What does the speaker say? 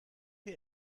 wir